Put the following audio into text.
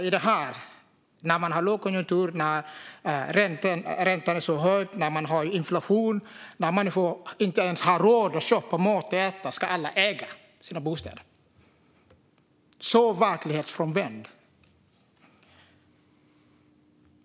Nu när det är lågkonjunktur, när räntan är hög, när det är inflation och när man inte ens har råd att köpa mat ska alla äga sina bostäder. Det är helt verklighetsfrånvänt.